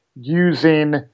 using